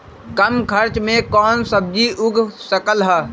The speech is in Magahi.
कम खर्च मे कौन सब्जी उग सकल ह?